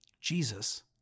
Jesus